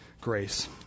grace